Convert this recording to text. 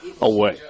away